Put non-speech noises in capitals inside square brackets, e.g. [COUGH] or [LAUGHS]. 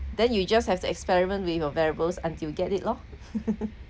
then you just have to experiment with your variables until get it lor [LAUGHS]